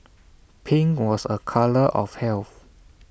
pink was A colour of health